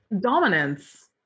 dominance